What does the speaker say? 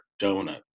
donut